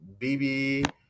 BB